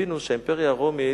תבינו שהאימפריה הרומית,